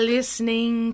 Listening